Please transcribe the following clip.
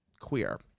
queer